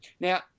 Now